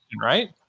right